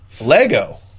Lego